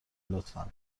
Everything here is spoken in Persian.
لطفا